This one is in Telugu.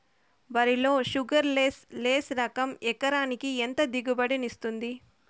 వరి లో షుగర్లెస్ లెస్ రకం ఎకరాకి ఎంత దిగుబడినిస్తుంది